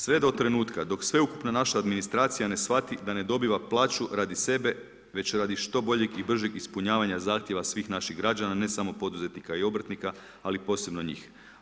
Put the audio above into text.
Sve do trenutka dok sveukupna naša administracija ne shvati da ne dobiva plaću radi sebe već radi što boljeg i bržeg ispunjavanja zahtjeva svih naših građana a ne samo poduzetnika i obrtnika ali posebno njih.